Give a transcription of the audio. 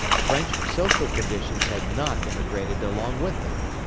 french social conditions had not immigrated along with them.